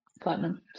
Platinum